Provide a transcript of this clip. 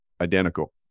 identical